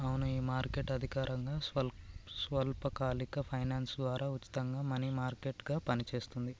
అవునే ఈ మార్కెట్ అధికారకంగా స్వల్పకాలిక ఫైనాన్స్ ద్వారా ఉచితంగా మనీ మార్కెట్ గా పనిచేస్తుంది